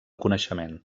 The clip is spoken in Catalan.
coneixement